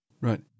Right